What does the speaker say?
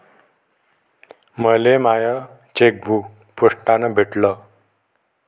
मले माय चेकबुक पोस्टानं भेटल